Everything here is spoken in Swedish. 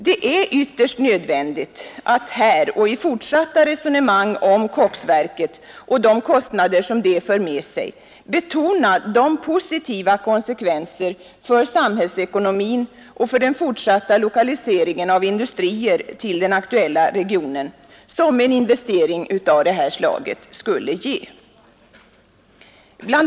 Det är ytterst nödvändigt att här och i fortsatta resonemang om koksverket och de kostnader det för med sig betona de positiva konsekvenser för samhällsekonomin och för den fortsatta lokaliseringen av industrier till den aktuella regionen som en investering av det här slaget skulle ge. Bl.